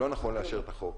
לא נכון לאשר את החוק.